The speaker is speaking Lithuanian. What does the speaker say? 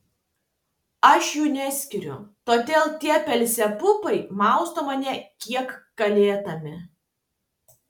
aš jų neskiriu todėl tie belzebubai mausto mane kiek galėdami